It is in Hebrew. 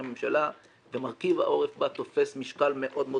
הממשלה ומרכיב העורף בה תופס משקל מאוד מאוד